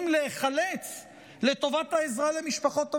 להיחלץ לטובת העזרה למשפחות המפונים.